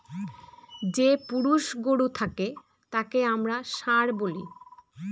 যে পুরুষ গরু থাকে তাকে আমরা ষাঁড় বলি